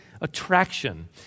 attraction